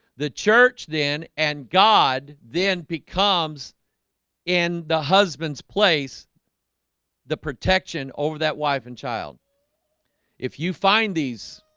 the church then and god then becomes in the husband's place the protection over that wife and child if you find these?